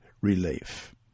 relief